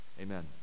amen